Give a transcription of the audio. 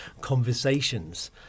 conversations